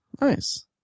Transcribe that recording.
nice